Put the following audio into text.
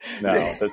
no